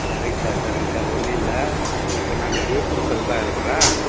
சரிங்க சார் சரிங்க சார் ஒன்றுல்ல இப்போ நானு விழுப்புரத்தில் தான் இருக்கிறேன்